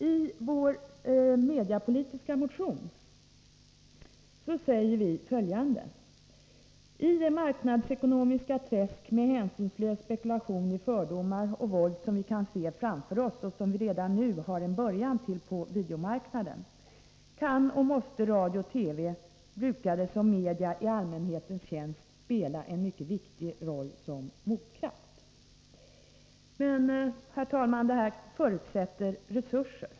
I vår mediapolitiska motion skriver vi: I det marknadsekonomiska träsk med hänsynslös spekulation i fördomar och i våld som vi kan se framför oss och som vi redan nu har en början till på videomarknaden kan och måste radio och TV, brukade som media i allmänhetens tjänst, spela en mycket viktig roll som motkraft. Men detta förutsätter resurser.